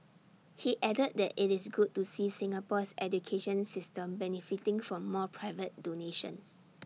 he added that IT is good to see Singapore's education system benefiting from more private donations